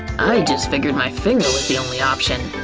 i just figured my finger was my only option.